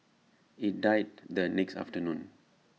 IT died the next afternoon